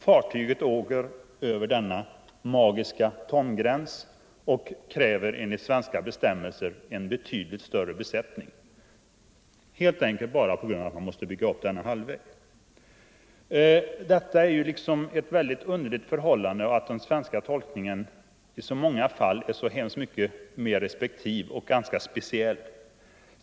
Fartyget kommer då över denna magiska tongräns och kräver enligt svenska bestämmelser en betydligt större besättning helt enkelt bara på grund av att man måste bygga upp denna halvvägg. Det är mycket underligt att den svenska tolkningen i många fall är så restriktiv och ganska speciell.